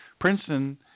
Princeton